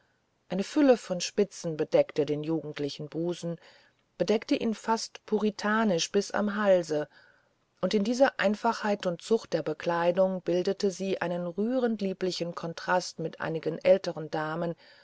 eine fülle von spitzen bedeckte den jugendlichen busen bedeckte ihn fast puritanisch bis am halse und in dieser einfachheit und zucht der bekleidung bildete sie einen rührend lieblichen kontrast mit einigen älteren damen